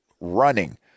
running